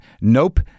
Nope